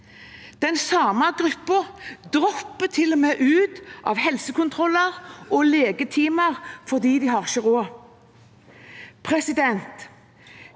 Den samme gruppen dropper til og med ut av helsekontroller og legetimer fordi de ikke har